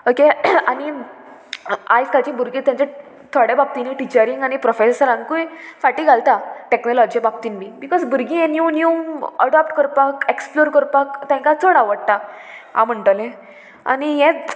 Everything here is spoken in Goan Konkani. ओके आनी आयज कालची भुरगीं तेंचे थोड्या बाबतीनूय टिचरींक आनी प्रोफेसरांकूय फाटीं घालता टॅक्नोलाॅजी बाबतीन बी बिकॉज भुरगीं हें न्यू न्यू अडोप्ट करपाक एक्सप्लोर करपाक तेंकां चड आवडटा हांव म्हणटलें आनी हें